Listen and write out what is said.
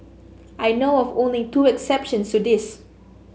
I know of only two exceptions to this